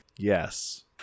Yes